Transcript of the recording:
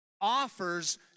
offers